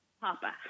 papa